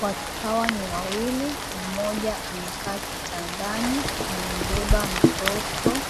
Watu hawa ni wawili mmoja amekaa kitandani amembeba mtoto